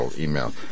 email